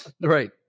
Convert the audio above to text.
Right